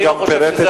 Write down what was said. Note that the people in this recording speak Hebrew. אני רק חושב שזה,